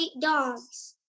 dogs